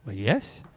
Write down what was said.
ah yes.